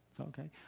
Okay